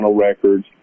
records